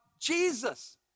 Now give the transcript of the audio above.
Jesus